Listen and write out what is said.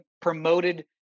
promoted